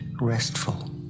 restful